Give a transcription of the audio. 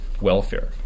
welfare